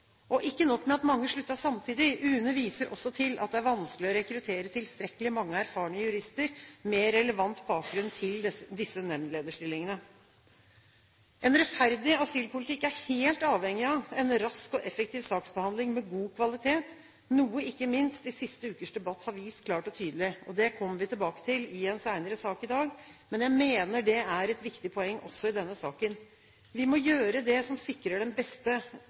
Og ikke nok med at mange sluttet samtidig, UNE viser også til at det er vanskelig å rekruttere tilstrekkelig mange erfarne jurister med relevant bakgrunn til disse nemndlederstillingene. En rettferdig asylpolitikk er helt avhengig av en rask og effektiv saksbehandling med god kvalitet, noe ikke minst de siste ukers debatt har vist klart og tydelig. Det kommer vi tilbake til i en senere sak i dag, men jeg mener det er et viktig poeng også i denne saken. Vi må gjøre det som sikrer den beste